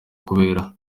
kubera